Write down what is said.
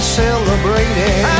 celebrating